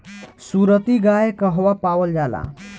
सुरती गाय कहवा पावल जाला?